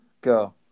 Go